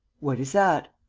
what is that?